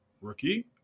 rookie